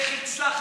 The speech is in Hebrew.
איך הצלחת?